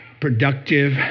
Productive